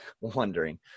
wondering